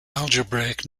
algebraic